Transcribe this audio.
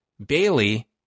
Bailey